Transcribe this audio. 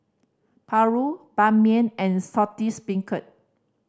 paru Ban Mian and Saltish Beancurd